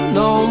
no